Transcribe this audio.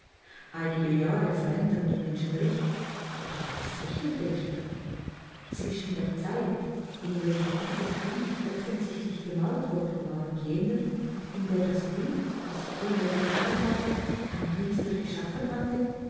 einige jahre verändern die menschen recht doch was rechnete ich da zwischen der zeit in welcher dieses bild offensichtlich gemalt worden war und jener in der das bild das ich früher gesehen hatte ein künstler geschaffen hatte